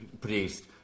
produced